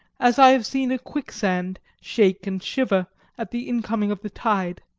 as i have seen a quicksand shake and shiver at the incoming of the tide.